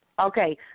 Okay